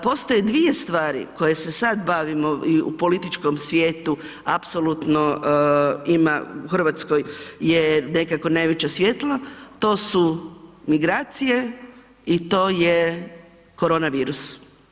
Postoje dvije stvari koje se sad bavimo i u političkom svijetu apsolutno ima u Hrvatskoj je nekako najveće svjetlo, to su migracije i to je koronavirus.